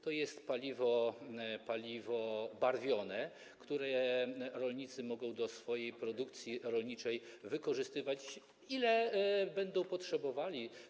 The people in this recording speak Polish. To jest paliwo barwione, które rolnicy mogą do swojej produkcji rolniczej wykorzystywać, ile będą potrzebowali.